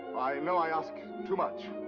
i know i ask. too much.